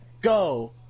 Go